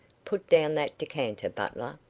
put down that decanter, butler!